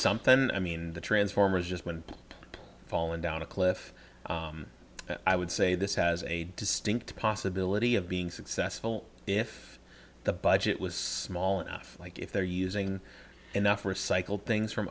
something i mean the transformers just went falling down a cliff i would say this has a distinct possibility of being successful if the budget was small enough like if they're using enough recycled things from